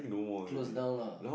close down lah